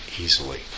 easily